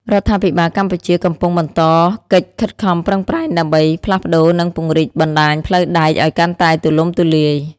រដ្ឋាភិបាលកម្ពុជាកំពុងបន្តកិច្ចខិតខំប្រឹងប្រែងដើម្បីផ្លាស់ប្តូរនិងពង្រីកបណ្តាញផ្លូវដែកឱ្យកាន់តែទូលំទូលាយ។